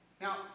Now